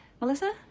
Melissa